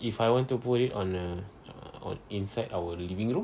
if I want to put it on a on inside our living room